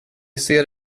ser